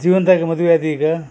ಜೀವನದಾಗ ಮದ್ವೆ ಆದಿ ಈಗ